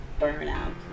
burnout